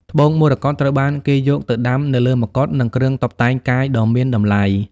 ត្បូងមរកតត្រូវបានគេយកទៅដាំនៅលើមកុដ និងគ្រឿងតុបតែងកាយដ៏មានតម្លៃ។